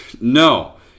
No